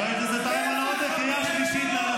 חבר הכנסת איימן עודה, קריאה שנייה.